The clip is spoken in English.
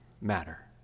matter